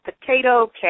potato